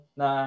na